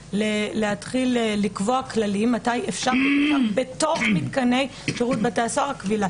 להתחיל לקבוע כללים מתי אפשר בתוך מתקני שירות בתי הסוהר לכבול.